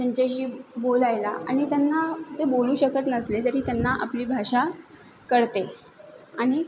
त्यांच्याशी बोलायला आणि त्यांना ते बोलू शकत नसले तरी त्यांना आपली भाषा कळते आणि